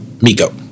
Miko